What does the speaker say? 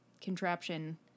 contraption